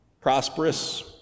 Prosperous